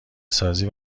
سازی